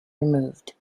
removed